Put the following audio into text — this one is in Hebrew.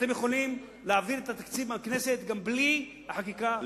אתם יכולים להעביר את התקציב בכנסת גם בלי החקיקה המטורפת הזאת.